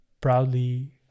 proudly